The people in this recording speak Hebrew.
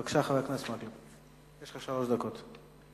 בבקשה, חבר הכנסת מקלב, יש לך שלוש דקות.